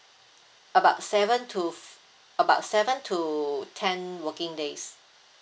about seven to f~ about seven to ten working days